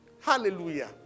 Hallelujah